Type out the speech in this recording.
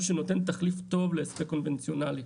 שנותן תחליף טוב להספק קונבנציונאלי.